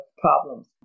problems